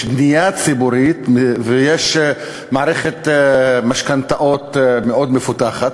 יש בנייה ציבורית ויש מערכת משכנתאות מאוד מפותחת.